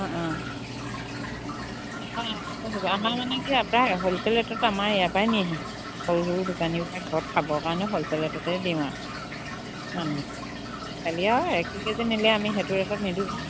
অঁ অঁ আমাৰ মানে কি হ'ল চেল ৰেটত আমাৰ ইয়াৰ পৰা নিয়েহি সৰু সৰু দোকানীব ঘৰত খাবৰ কাৰণে হ'লচৰেটতে দিওঁ আৰু মানুহ খালি আৰু এক দুই কেজি নিলে আমি সেইটো ৰেটত নিদদিওঁ